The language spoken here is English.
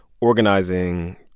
organizing